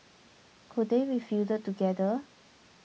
could they be fielded together